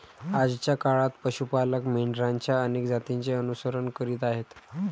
आजच्या काळात पशु पालक मेंढरांच्या अनेक जातींचे अनुसरण करीत आहेत